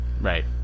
Right